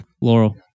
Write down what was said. Laurel